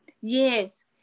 Yes